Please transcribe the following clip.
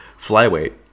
flyweight